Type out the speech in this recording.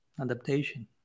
adaptation